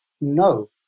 no